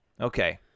Okay